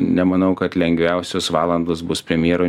nemanau kad lengviausios valandos bus premjero